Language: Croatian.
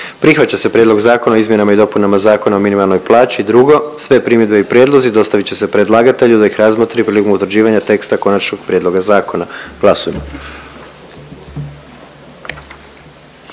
prihvaća se Prijedlog Zakona o izmjenama i dopunama Zakona o osiguranju i drugo, sve primjedbe i prijedlozi dostavit će se predlagatelju da ih razmotri prilikom utvrđivanja teksta konačnog prijedloga zakona. Glasujmo.